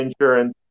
Insurance